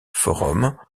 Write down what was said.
forum